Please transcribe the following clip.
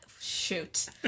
Shoot